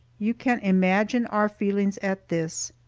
you can imagine our feelings at this.